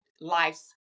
life's